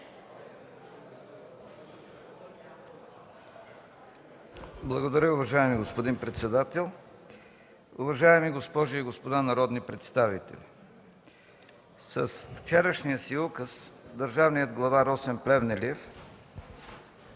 Благодаря, уважаеми господин председател. Уважаеми госпожи и господа народни представители, с вчерашния си указ държавният глава Росен Плевнелиев